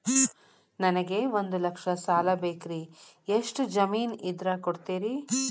ನನಗೆ ಒಂದು ಲಕ್ಷ ಸಾಲ ಬೇಕ್ರಿ ಎಷ್ಟು ಜಮೇನ್ ಇದ್ರ ಕೊಡ್ತೇರಿ?